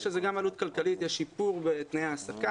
יש לזה גם עלות כלכלית ויש שיפור בתנאי ההעסקה